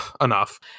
enough